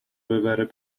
ببره